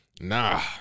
Nah